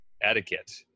etiquette